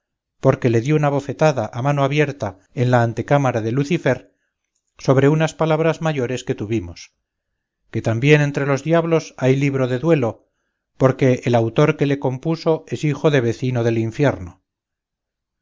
porque le di una bofetada a mano abierta en la antecámara de lucifer sobre unas palabras mayores que tuvimos que también entre los diablos hay libro del duelo porque el autor que le compuso es hijo de vecino del infierno